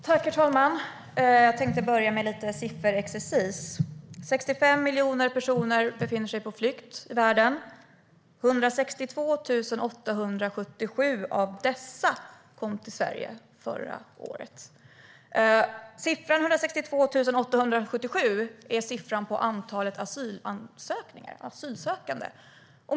Herr talman! Jag tänkte börja med lite sifferexercis. 65 miljoner personer befinner sig på flykt i världen. 162 877 av dessa kom till Sverige förra året. Siffran 162 877 är siffran för antalet asylsökande.